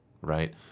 right